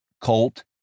Colt